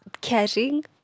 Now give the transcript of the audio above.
caring